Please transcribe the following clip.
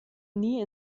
nie